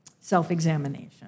self-examination